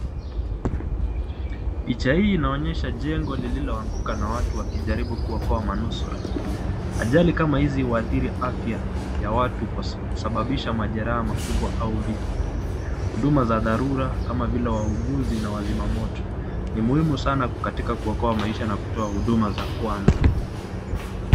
Picha hii inaonyesha jengo liloanguka na watu wakijaribu kuokoa manusura. Ajali kama hizi huadhili afya ya watu kusababisha majeraha makubwa au vifo , huduma za thalura kama vile wauguzi na wazimamoto ni muhimu sana katika kuokoa maisha na kutoa huduma za kwanza.